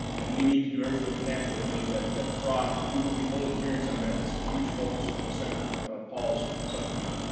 and we need to do everything we can to eliminate that that fraud. we will be holding hearings on that. that's a huge focus of senator paul's subcommittee.